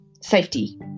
safety